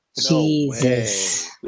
Jesus